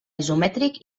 isomètric